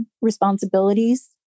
responsibilities